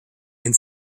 and